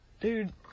Dude